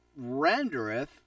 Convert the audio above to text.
rendereth